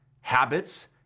habits